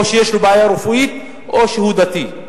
או שיש לו בעיה רפואית או שהוא דתי.